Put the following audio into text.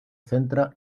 centra